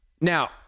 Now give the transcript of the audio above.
Now